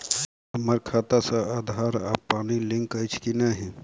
हम्मर खाता सऽ आधार आ पानि लिंक अछि की नहि?